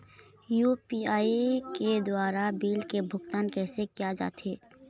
UPI के द्वारा bill के भुगतान कैसे किया जाथे?